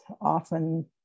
often